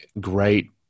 great